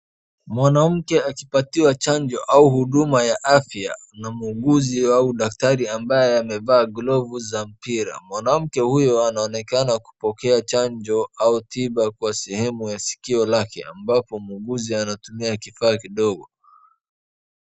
Mwanamke akipewa chanjo au huduma ya afya na muuguzi au daktari ambaye amevaa glavu za mpira. Mwanamke huyo anaonekana kupokea chanjo au tiba kwa sehemu ya sikio lake ambapo muuguzi anatumia kifaa kidogo.